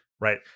Right